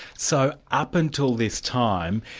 so up until this time,